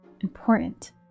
Important